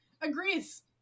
agrees